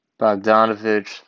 Bogdanovich